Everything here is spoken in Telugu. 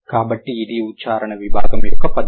కాబట్టి ఇది ఉచ్చారణ విభాగం యొక్క పద్ధతి